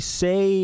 say